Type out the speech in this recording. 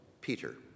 Peter